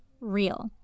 real